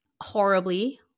horribly